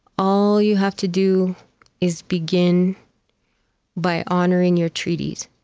all you have to do is begin by honoring your treaties